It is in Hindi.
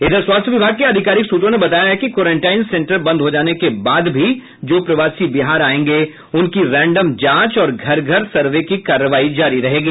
इधर स्वास्थ्य विभाग के आधिकारिक सूत्रों ने बताया है कि क्वारंटाइन सेंटर बंद हो जाने के बाद भी जो प्रवासी बिहार आयेंगे उनकी रैंडम जांच और घर घर सर्वे की कार्रवाई जारी रहेगी